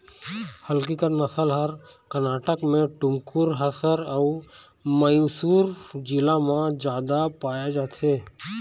हल्लीकर नसल ह करनाटक म टुमकुर, हासर अउ मइसुर जिला म जादा पाए जाथे